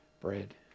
bread